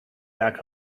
back